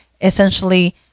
essentially